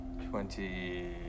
Twenty